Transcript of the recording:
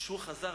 וכשהוא חזר